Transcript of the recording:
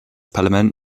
parlament